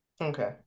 Okay